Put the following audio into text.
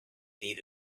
need